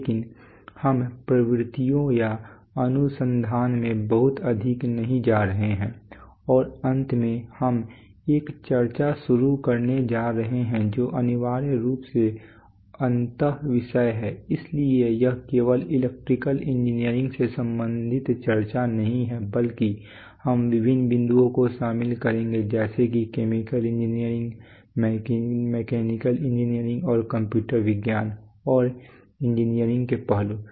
लेकिन हम प्रवृत्तियों या अनुसंधान में बहुत अधिक नहीं जा रहे हैं और अंत में हम एक चर्चा शुरू करने जा रहे हैं जो अनिवार्य रूप से अंतःविषय है इसलिए यह केवल इलेक्ट्रिकल इंजीनियरिंग से संबंधित चर्चा नहीं होगी बल्कि हम विभिन्न बिंदुओं को शामिल करेंगे जैसे कि केमिकल इंजीनियरिंग मैकेनिकल इंजीनियरिंग और कंप्यूटर विज्ञान और इंजीनियरिंग के पहलू